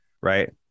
right